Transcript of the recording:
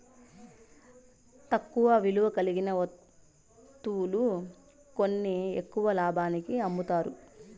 తక్కువ విలువ కలిగిన వత్తువులు కొని ఎక్కువ లాభానికి అమ్ముతారు